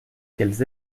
qu’elles